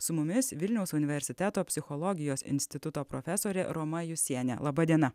su mumis vilniaus universiteto psichologijos instituto profesorė roma jusienė laba diena